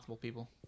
people